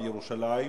מירושלים,